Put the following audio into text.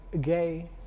gay